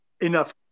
enough